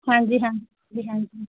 ਹਾਂਜੀ ਹਾਂਜੀ ਹਾਂਜੀ ਹਾਂਜੀ